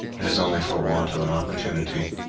it is only for want of an opportunity.